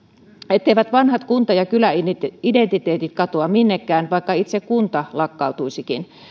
etteivät vanhat kunta ja kyläidentiteetit katoa minnekään vaikka itse kunta lakkautuisikin